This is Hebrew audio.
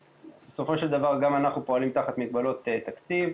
בסופו של דבר, גם אנחנו פועלים תחת מגבלות תקציב.